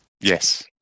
Yes